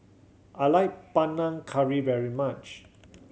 I like Panang Curry very much